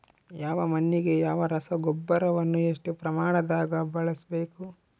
ಯಾವ ಮಣ್ಣಿಗೆ ಯಾವ ರಸಗೊಬ್ಬರವನ್ನು ಎಷ್ಟು ಪ್ರಮಾಣದಾಗ ಬಳಸ್ಬೇಕು?